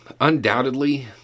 undoubtedly